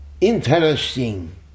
interesting